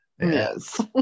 Yes